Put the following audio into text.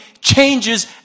changes